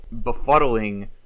befuddling